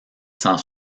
sans